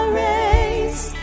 race